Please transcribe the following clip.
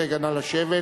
רגע, נא לשבת.